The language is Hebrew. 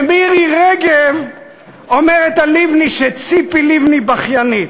ומירי רגב אומרת על לבני שציפי לבני בכיינית.